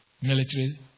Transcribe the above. military